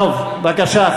בבקשה.